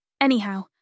Anyhow